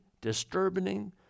disturbing